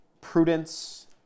prudence